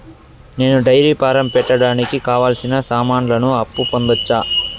నేను dairy farm పెట్టడానికి కావాల్సిన సామాన్లకు అప్పు పొందొచ్చా?